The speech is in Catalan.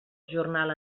jornal